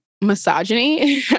misogyny